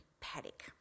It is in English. paddock